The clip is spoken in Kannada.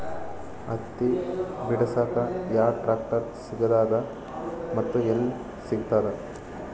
ಹತ್ತಿ ಬಿಡಸಕ್ ಯಾವ ಟ್ರಾಕ್ಟರ್ ಸಿಗತದ ಮತ್ತು ಎಲ್ಲಿ ಸಿಗತದ?